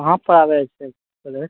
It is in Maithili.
कहाँ पर आबैके छै